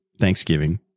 Thanksgiving